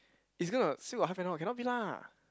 is gonna still got half an hour cannot be lah